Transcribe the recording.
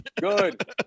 good